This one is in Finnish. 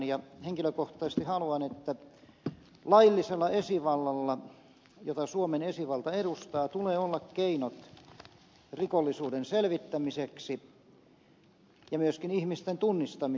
henkilökohtaisesti haluan että laillisella esivallalla jota suomen esivalta edustaa tulee olla keinot rikollisuuden selvittämiseksi ja myöskin ihmisten tunnistamiseksi